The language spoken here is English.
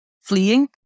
fleeing